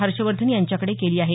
हर्ष वर्धन यांच्याकडे केली आहे